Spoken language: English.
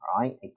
right